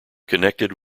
connected